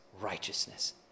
righteousness